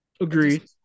Agreed